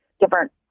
different